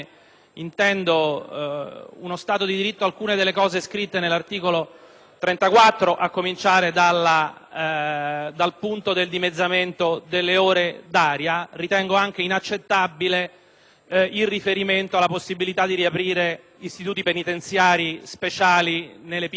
34, a cominciare dalla previsione del dimezzamento delle ore d'aria. Ritengo, inoltre, inaccettabile il riferimento alla possibilità di riaprire istituti penitenziari speciali nelle piccole isole, a Pianosa come all'Asinara. Per queste ragioni mi asterrò.